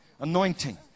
anointing